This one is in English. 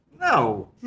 No